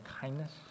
kindness